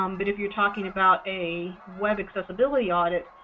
um but if you're talking about a web accessibility audit,